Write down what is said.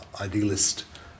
idealist